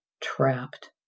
Trapped